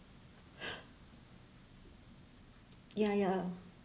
ya ya